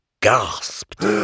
gasped